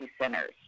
centers